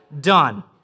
done